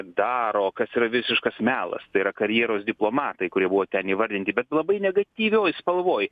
daro kas yra visiškas melas tai yra karjeros diplomatai kurie buvo ten įvardinti bet labai negatyvioj spalvoj